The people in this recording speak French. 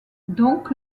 donc